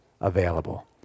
available